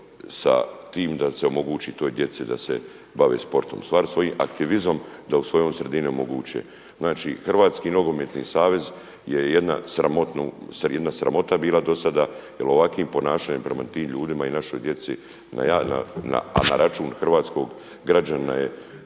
sa tim da se omogući toj djeci da se bave sportom, stvari svojim aktivizmom da u svojoj sredini omoguće. Znači HNS je jedna sramota bila do sada jer ovakvim ponašanjem prema tim ljudima i našoj djeci, a na račun hrvatskog građanina je